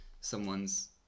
someone's